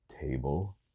table